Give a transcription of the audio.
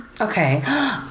Okay